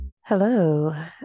Hello